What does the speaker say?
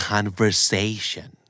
Conversation